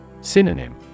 Synonym